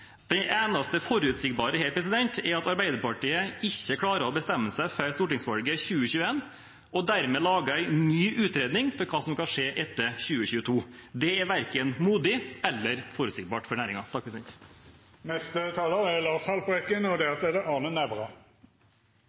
Det eneste forutsigbare her, er at Arbeiderpartiet ikke klarer å bestemme seg før stortingsvalget i 2021 og dermed lager en ny utredning for hva som skal skje etter 2022. Det er verken modig eller forutsigbart for næringen. I 1989 hørte jeg for første gang om en teknologi som skulle fange og